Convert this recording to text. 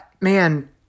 man